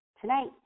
tonight